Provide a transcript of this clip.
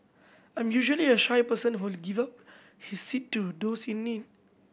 I'm usually a shy person who will give up his seat to those in need